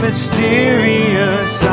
mysterious